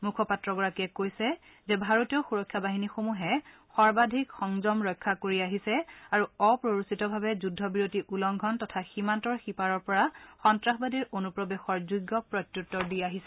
মুখপাত্ৰগৰাকীয়ে কৈছে যে ভাৰতীয় সুৰক্ষা বাহিনীসমূহে সৰ্বাধিক সংযম ৰক্ষা কৰি আহিছে আৰু অপ্ৰৰোচিতভাৱে যুদ্ধ বিৰতি উলংঘন তথা সীমান্তৰ সিপাৰৰ পৰা সন্তাসবাদীৰ অনুপ্ৰৱেশৰ যোগ্য প্ৰত্যুত্তৰ দি আহিছে